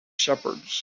shepherds